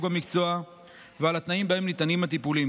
במקצוע ועל התנאים שבהם ניתנים הטיפולים.